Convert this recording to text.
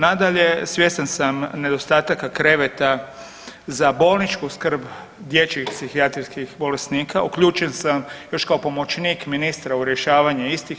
Nadalje, svjestan sam nedostataka kreveta za bolničku skrbi dječjih psihijatrijskih bolesnika, uključen sam još kao pomoćnik ministra u rješavanje istih.